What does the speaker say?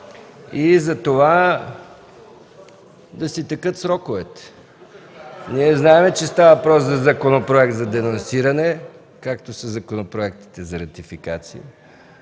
и затова да си текат сроковете. (Смях и шум.) Знаем, че става въпрос за законопроект за денонсиране, както са законопроектите за ратификация.